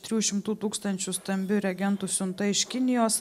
trijų šimtų tūkstančių stambių reagentų siunta iš kinijos